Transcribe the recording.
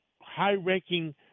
high-ranking